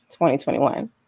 2021